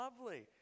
lovely